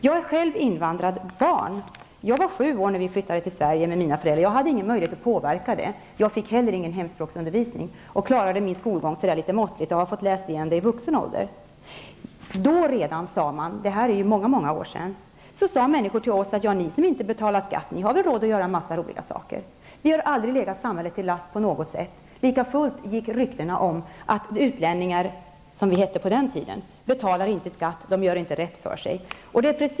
Jag är själv ett invandrat barn. Jag var sju år när vi flyttade till Sverige. Jag hade inga möjligheter att påverka detta. Jag fick inte heller någon hemspråksundervisning utan klarade min skolgång litet måttligt. Jag har fått ta igen detta vid vuxen ålder. Redan då -- för många år sedan -- sade människor till oss: Ni som inte betalar skatt har väl råd att göra en massa roliga saker? Men vi har aldrig legat samhället till last på något sätt. Likväl gick det rykten om att utlänningar -- som det hette på den tiden -- inte betalade skatt och inte gjorde rätt för sig.